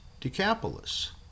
Decapolis